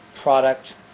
Product